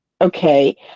Okay